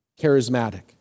charismatic